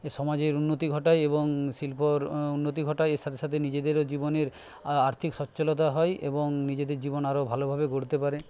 সমাজের উন্নতি ঘটায় এবং শিল্পর উন্নতি ঘটায় এর সাথে সাথে নিজেদেরও জীবনের আর্থিক স্বচ্ছলতা হয় এবং নিজেদের জীবন আরও ভালোভাবে গড়তে পারে